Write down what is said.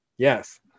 Yes